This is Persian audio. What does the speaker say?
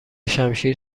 شمشیر